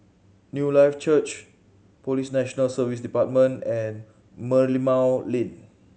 Newlife Church Police National Service Department and Merlimau Lane